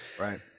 Right